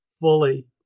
fully